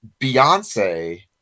Beyonce